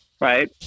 right